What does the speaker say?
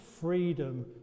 freedom